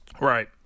Right